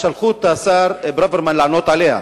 שלחו את השר ברוורמן לענות עליה.